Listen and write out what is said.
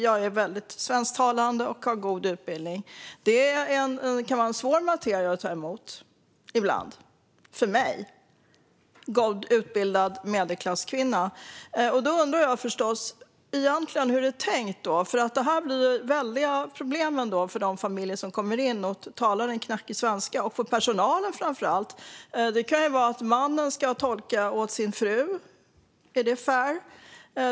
Jag är svensktalande och har god utbildning, men det kan för mig, en väl utbildad medelklasskvinna, ibland vara en svår materia att ta emot. Hur är detta tänkt? Här blir det stora problem för familjer som talar knackig svenska. Det gäller framför allt även personalen. Det kan vara så att mannen ska tolka åt sin fru. Är det fair?